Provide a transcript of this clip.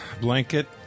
blanket